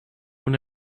when